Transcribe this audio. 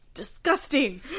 Disgusting